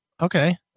Okay